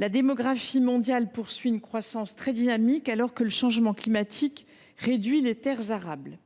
La démographie mondiale poursuit sa croissance dynamique, alors que le changement climatique réduit la surface de terres arables.